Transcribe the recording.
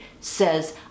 says